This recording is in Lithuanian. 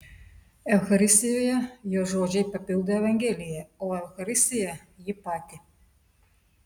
eucharistijoje jo žodžiai papildo evangeliją o eucharistija jį patį